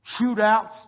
Shootouts